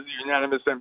unanimous